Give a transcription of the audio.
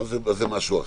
זה משהו אחר.